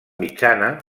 mitjana